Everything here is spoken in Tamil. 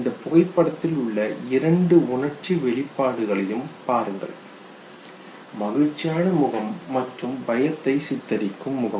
இந்த புகைப்படத்தில் உள்ள இரண்டு உணர்ச்சி வெளிப்பாடுகளையும் பாருங்கள் மகிழ்ச்சியான முகம் மற்றும் பயத்தை சித்தரிக்கும் முகம்